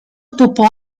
dopo